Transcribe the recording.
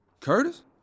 Curtis